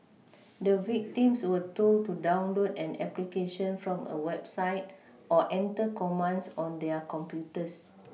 the victims were told to download an application from a website or enter commands on their computers